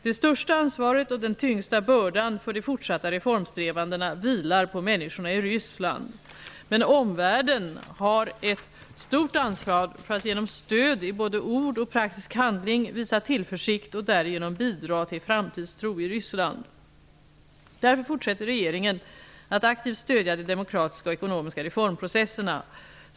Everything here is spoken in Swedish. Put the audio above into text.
Det största ansvaret -- och den tyngsta bördan -- för de fortsatta reformsträvandena vilar på människorna i Ryssland. Men omvärlden har ett stort ansvar för att genom stöd i både ord och praktisk handling visa tillförsikt och därigenom bidra till framtidstro i Därför fortsätter regeringen att aktivt stödja de demokratiska och ekonomiska reformprocesserna.